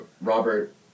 Robert